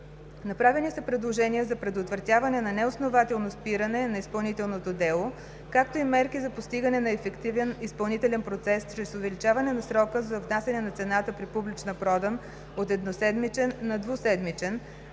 Направени са предложения за предотвратяване на неоснователно спиране на изпълнителното дело, както и мерки за постигане на ефективен изпълнителен процес чрез увеличаване на срока за внасяне на цената при публична продан от едноседмичен на двуседмичен,